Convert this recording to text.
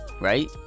right